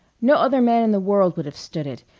no other man in the world would have stood it!